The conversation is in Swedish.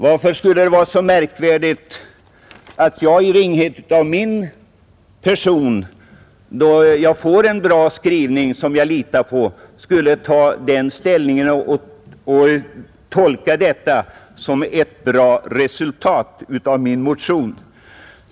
Varför skulle det vara så märkvärdigt att jag i min ringhet, då jag får en bra skrivning som jag litar på, skulle ta den ställningen och tolka detta som ett bra resultat av min motion?